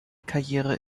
karriere